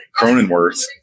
Cronenworth